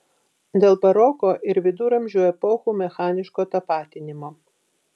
dėl baroko ir viduramžių epochų mechaniško tapatinimo